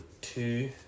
two